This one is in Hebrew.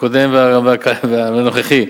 הקודם והנוכחי,